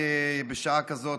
בשעה כזאת,